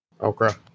Okra